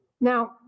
Now